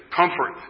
comfort